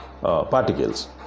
particles